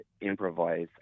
improvise